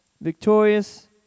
Victorious